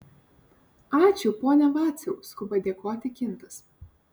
ačiū pone vaciau skuba dėkoti kintas